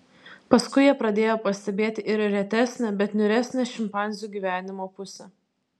paskui jie pradėjo pastebėti ir retesnę bet niūresnę šimpanzių gyvenimo pusę